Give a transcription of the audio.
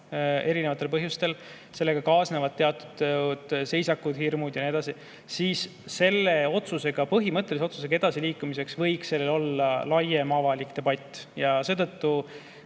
erinevatel põhjustel, sellega kaasnevad teatud seisakud, hirmud ja nii edasi, siis selle põhimõttelise otsusega edasiliikumiseks võiks selle üle olla laiem avalik debatt. Seetõttu